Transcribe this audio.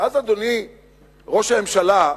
ואז, אדוני ראש הממשלה,